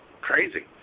crazy